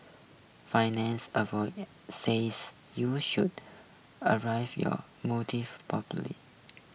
finance says you should arrive your motive properly